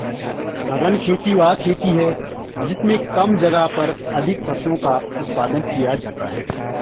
सघन खेती वह खेती है जिसमें कम जगह पर अधिक फसलों का उत्पादन किया जाता है